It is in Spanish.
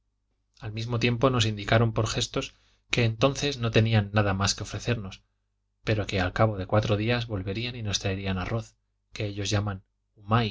al mismo tiempo nos indicaron por gestos que entonces no tenían nada más que ofrecernos pero que al cabo de cuatro días volverían y nos traerían arroz que ellos llaman